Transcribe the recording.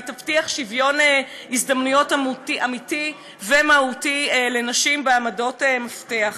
היא תבטיח שוויון הזדמנויות אמיתי ומהותי לנשים בעמדות מפתח.